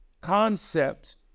concept